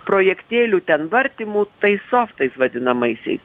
projektėlių ten vartymu tais softais vadinamaisiais